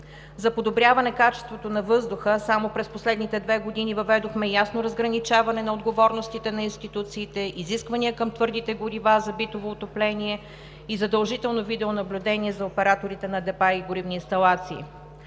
За подобряване качеството на въздуха само през последните две години въведохме ясно разграничаване на отговорностите на институциите, изисквания към твърдите горива за битово отопление и задължително видеонаблюдение за операторите на депа и горивни инсталации.